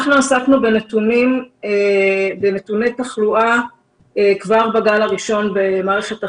אנחנו עסקנו בנתוני תחלואה כבר בגל הראשון במערכת החינוך.